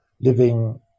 living